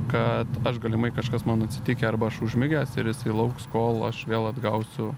kad aš galimai kažkas man atsitikę arba aš užmigęs ir jisai lauks kol aš vėl atgausiu